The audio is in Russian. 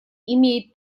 имеет